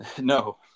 No